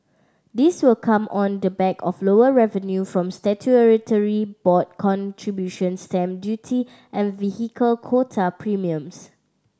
this will come on the back of lower revenue from board contributions stamp duty and vehicle quota premiums